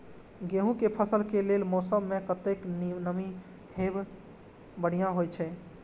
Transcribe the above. गेंहू के फसल के लेल मौसम में कतेक नमी हैब बढ़िया होए छै?